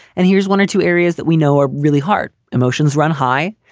and here's one or two areas that we know are really hard. emotions run high.